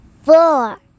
four